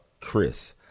Chris